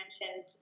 mentioned